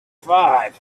five